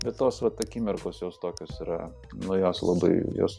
va tos vat akimirkos jos tokios yra nuo jos labai jos